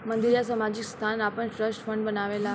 मंदिर या सामाजिक संस्थान आपन ट्रस्ट फंड बनावेला